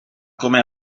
come